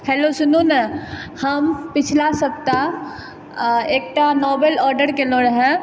hello सुनू ने हम पिछला सप्ताह एकटा नोबेल ऑर्डर कएलहुॅं रहऽ